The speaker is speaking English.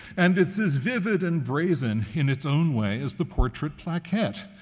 and it's as vivid and brazen in its own way as the portrait plaquette.